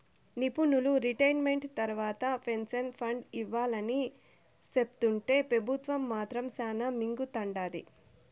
నిపునులు రిటైర్మెంట్ తర్వాత pension fund ఇవ్వాలని సెప్తుంటే పెబుత్వం మాత్రం శానా మింగతండాది